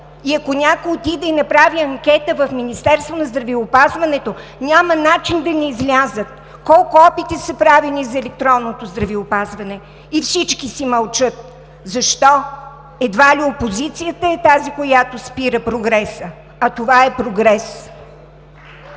Ако някой отиде и направи анкета в Министерството на здравеопазването, няма начин да не излязат колко опити са правени за електронното здравеопазване. И всички си мълчат. Защо? Едва ли опозицията е тази, която спира прогреса, а това е прогрес.